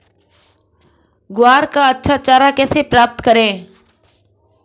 ग्वार का अच्छा चारा कैसे प्राप्त करें?